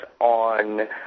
on